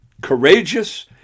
courageous